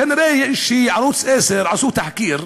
כנראה ערוץ 10 עשו תחקיר,